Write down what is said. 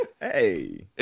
Hey